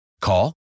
Call